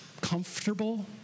comfortable